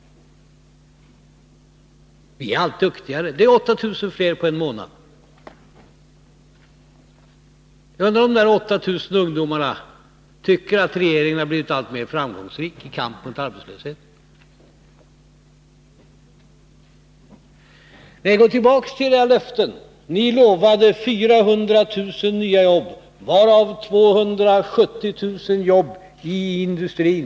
Ni är allt duktigare. Det är 8 000 fler sedan samma månad i fjol. Jag undrar om de 8 000 ungdomarna tycker att regeringen har blivit alltmer framgångsrik i kampen mot arbetslösheten. Nej, gå tillbaka till era löften! Ni lovade 400 000 nya jobb, varav 270 000 jobb i industrin.